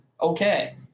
okay